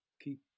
keep